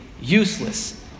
useless